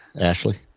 Ashley